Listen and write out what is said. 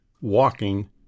walking